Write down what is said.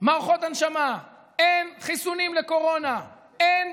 מערכות הנשמה, אין חיסונים לקורונה, אין